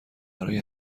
برای